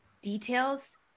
details